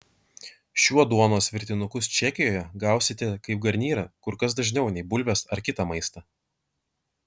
šiuo duonos virtinukus čekijoje gausite kaip garnyrą kur kas dažniau nei bulves ar kitą maistą